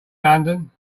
london